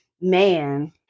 man